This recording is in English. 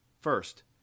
First